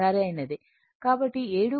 సరైనది కాబట్టి 7